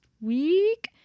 week